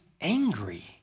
angry